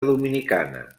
dominicana